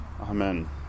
Amen